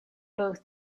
both